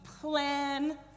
plan